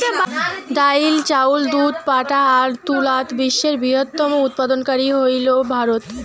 ডাইল, চাউল, দুধ, পাটা আর তুলাত বিশ্বের বৃহত্তম উৎপাদনকারী হইল ভারত